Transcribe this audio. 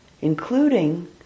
including